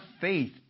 faith